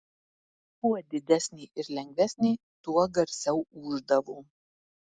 kuo didesnė ir lengvesnė tuo garsiau ūždavo